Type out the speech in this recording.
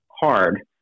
hard